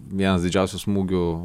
vienas didžiausių smūgių